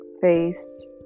faced